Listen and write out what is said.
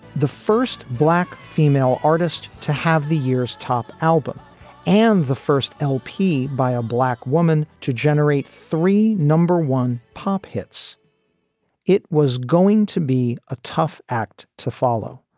the first black female artist to have the year's top album and the first lp by a black woman to generate three number one pop hits it was going to be a tough act to follow,